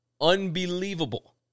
unbelievable